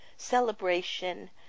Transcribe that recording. celebration